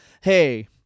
Hey